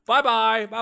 Bye-bye